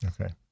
Okay